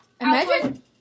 Imagine